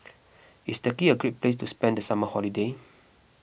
is Turkey a great place to spend the summer holiday